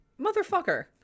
Motherfucker